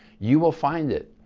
you will find it.